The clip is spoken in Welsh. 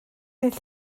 dydd